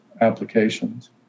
applications